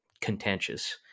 contentious